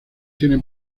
tienen